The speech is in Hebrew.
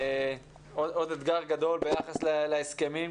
עוד אתגר גדול ביחס להסכמים.